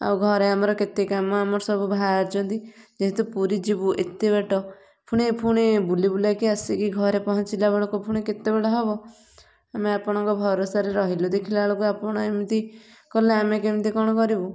ଆଉ ଘରେ ଆମର କେତେ କାମ ଆମର ସବୁ ବାହାରିଛନ୍ତି ଯେହେତୁ ପୁରୀ ଯିବୁ ଏତେ ବାଟ ପୁଣି ପୁଣି ବୁଲିବୁଲାକି ଆସିକି ଘରେ ପହଞ୍ଚିଲା ବେଳକୁ ପୁଣି କେତେବେଳ ହେବ ଆମେ ଆପଣଙ୍କ ଭରସାରେ ରହିଲୁ ଦେଖିଲା ବେଳକୁ ଆପଣ ଏମିତି କଲେ ଆମେ କେମିତି କ'ଣ କରିବୁ